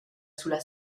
sulla